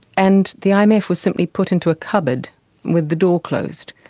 and the um imf was simply put into a cupboard with the door closed,